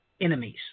enemies